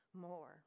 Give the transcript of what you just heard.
more